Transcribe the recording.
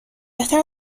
بهتر